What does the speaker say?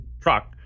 truck